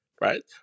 right